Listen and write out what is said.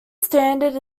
standard